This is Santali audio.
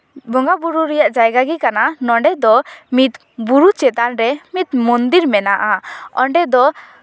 ᱵᱚᱸᱜᱟ ᱵᱳᱨᱳ ᱨᱮᱭᱟᱜ ᱡᱟᱭᱜᱟ ᱜᱮ ᱠᱟᱱᱟ ᱱᱚᱰᱮ ᱫᱚ ᱢᱤᱫ ᱵᱩᱨᱩ ᱪᱮᱛᱟᱱ ᱨᱮ ᱢᱤᱫ ᱢᱚᱱᱫᱤᱨ ᱢᱮᱱᱟᱜᱼᱟ ᱚᱸᱰᱮ ᱫᱚ